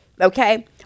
Okay